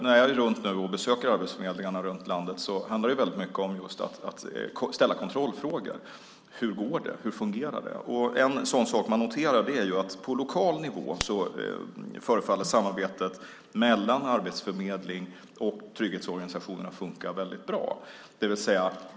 När jag är runt och besöker arbetsförmedlingarna i landet handlar det väldigt mycket om att ställa kontrollfrågor: Hur går det? Hur fungerar det? En sak man noterar är att samarbetet mellan Arbetsförmedlingen och trygghetsorganisationerna på lokal nivå förefaller funka väldigt bra.